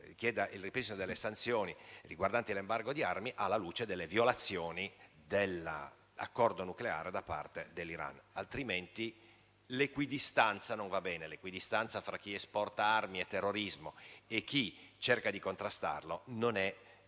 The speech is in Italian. chieda il ripristino delle sanzioni riguardanti l'embargo di armi, alla luce delle violazioni dell'Accordo nucleare da parte dell'Iran. L'equidistanza non va bene. L'equidistanza fra chi esporta armi e terrorismo e chi cerca di contrastarlo non appartiene